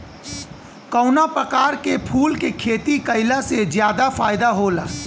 कवना प्रकार के फूल के खेती कइला से ज्यादा फायदा होला?